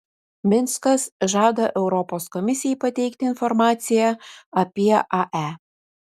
minskas žada europos komisijai pateikti informaciją apie ae